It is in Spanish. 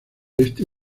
este